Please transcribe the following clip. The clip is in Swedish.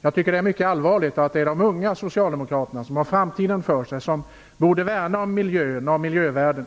Det är mycket allvarligt att dessa signaler kommer från de unga socialdemokraterna, som har framtiden för sig och som borde värna om miljön och miljövärden.